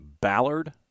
Ballard